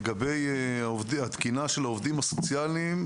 לגבי התקינה של העובדים הסוציאליים,